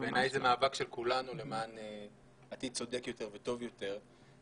בעיניי זה מאבק של כולנו למען עתיד צודק יותר וטוב יותר.